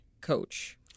coach